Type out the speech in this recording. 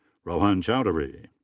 rohan chaudhary.